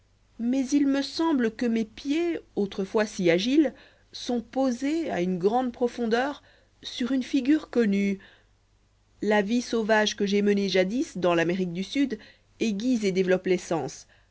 mais il me semble que mes pieds autrefois si agiles sont posés à une grande profondeur sur une figure connue la vie sauvage que j'ai menée jadis dans l'amérique du sud aiguise et développe